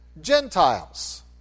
Gentiles